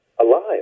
Alive